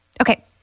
Okay